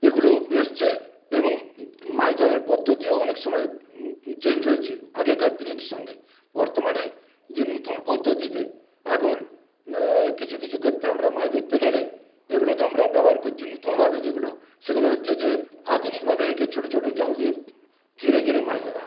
ওইগুলো এসছে এবং মাছ ধরার পদ্ধতিও অনেকসময় চেঞ্জ হয়েছে আগেকার দিনের সঙ্গে বর্তমানে যে নতুন পদ্ধতিতে এখন কিছু কিছু ক্ষেত্রে আমরা মাছ ধরতে গেলে এগুলোকে আমরা ব্যবহার করছি নতুনভাবে যেগুলো সেগুলো হচ্ছে যে আধুনিকভাবে একে ছোটো ছোটো জাল দিয়ে ঘিরে ঘিরে মাছ ধরা হয়